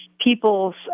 people's